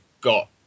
got